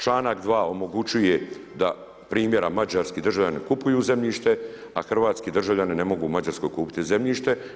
Članak 2. omogućuje da primjer mađarski državljani kupuju zemljište a hrvatski državljani ne mogu u Mađarskoj kupiti zemljište.